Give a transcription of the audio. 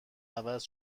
عوض